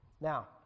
Now